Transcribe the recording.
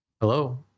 hello